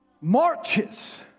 marches